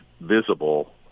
visible